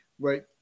Right